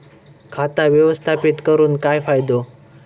खाता व्यवस्थापित करून काय फायदो?